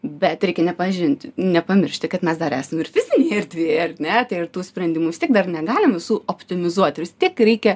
bet reikia nepažint nepamiršti kad mes dar esam ir fizinėje erdvėje ar ne tai ir tų sprendimų vis tiek dar negalim visų optimizuoti vis tiek reikia